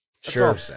Sure